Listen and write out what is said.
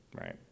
right